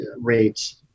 rates